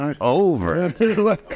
over